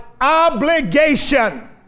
obligation